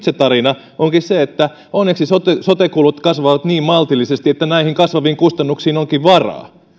se tarina onkin se että onneksi sote sote kulut kasvavat niin maltillisesti että näihin kasvaviin kustannuksiin onkin varaa